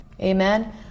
amen